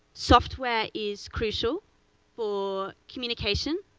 software is crucial for communication,